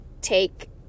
take